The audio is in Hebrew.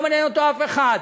לא מעניין אותו אף אחד,